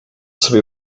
sobie